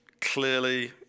clearly